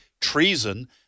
treason